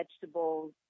vegetables